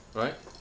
right